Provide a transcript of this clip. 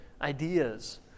ideas